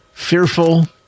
Fearful